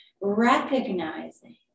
recognizing